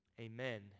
amen